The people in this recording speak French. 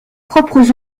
propres